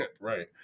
right